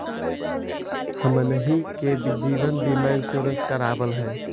हमनहि के जिवन बिमा इंश्योरेंस करावल है?